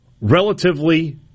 relatively